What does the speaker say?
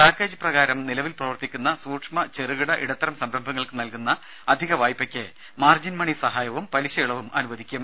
package പ്രകാരം നിലവിൽ പ്രവർത്തിക്കുന്ന സൂക്ഷ്മ ചെറുകിട ഇടത്തരം സംരംഭങ്ങൾക്ക് നൽകുന്ന അധിക വായ്പയ്ക്ക് മാർജിൻ മണി സഹായവും പലിശ ഇളവും അനുവദിക്കും